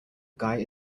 guy